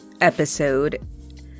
episode